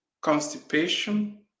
constipation